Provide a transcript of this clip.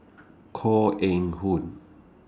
Koh Eng Hoon